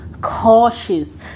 cautious